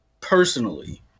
personally